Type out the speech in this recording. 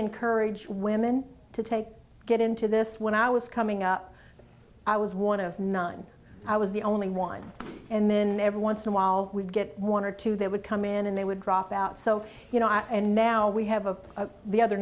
encourage women to take get into this when i was coming up i was one of nine i was the only one and then every once in while we'd get one or two they would come in and they would drop out so you know and now we have a the other